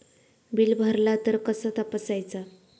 Bill भरला तर कसा तपसायचा?